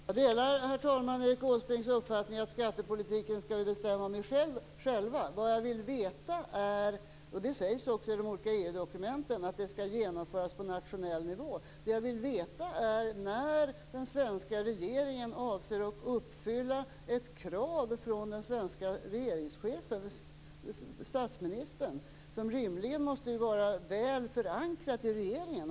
Herr talman! Jag delar Erik Åsbrinks uppfattning att vi själva skall bestämma över skattepolitiken. I de olika EU-dokumenten står också att detta skall genomföras på nationell nivå. Men jag vill veta när den svenska regeringen avser uppfylla den svenske regeringschefens, statsministerns, krav på handling, handling nu för att åstadkomma flera arbeten.